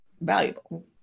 valuable